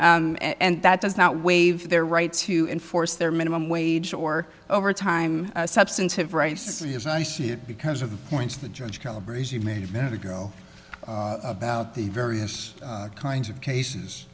and that does not waive their right to enforce their minimum wage or overtime substantive rights to see as i see it because of the points the judge calibration made a minute ago about the various kinds of cases